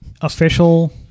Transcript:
official